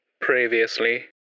Previously